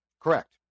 Correct